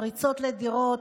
פריצות לדירות,